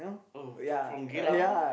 oh fr~ from Geylang